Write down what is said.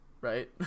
right